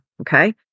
Okay